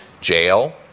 jail